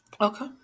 Okay